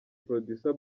producer